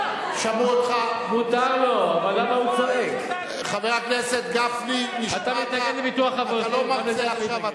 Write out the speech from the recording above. חבר הכנסת גפני, אתה לא מרצה עכשיו.